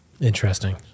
Interesting